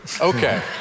Okay